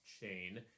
chain